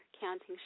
counting